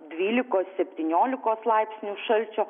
dvylikos septyniolikos laipsnių šalčio